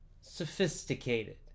sophisticated